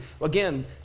again